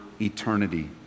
eternity